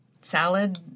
salad